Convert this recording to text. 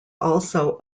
also